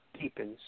deepens